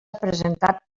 presentat